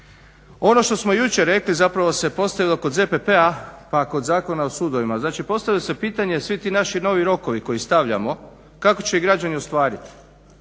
Ono što smo jučer rekli zapravo se postavilo kod ZPP-a pa kod Zakona o sudovima, znači postavilo se pitanje svi ti naši novi rokovi koje stavljamo kako će ih građani ostvariti?